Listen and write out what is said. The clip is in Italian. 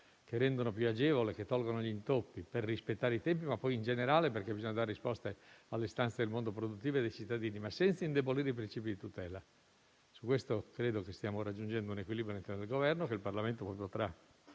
rendono più agevole e tolgono gli intoppi per rispettare i tempi, ma in generale, perché bisogna dare risposte alle istanze del mondo produttivo e dei cittadini, senza però indebolire i principi di tutela. Su questo credo che all'interno del Governo stiamo raggiungendo un equilibrio che il Parlamento potrà